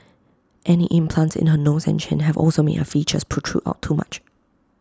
any implants in her nose and chin have also made her features protrude out too much